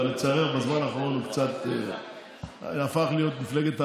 אבל לצערנו בזמן האחרון הוא קצת הפך להיות מפלגת העבודה.